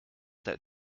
that